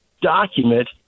document